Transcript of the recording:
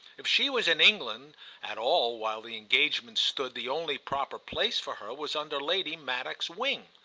if she was in england at all while the engagement stood the only proper place for her was under lady maddock's wing.